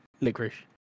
licorice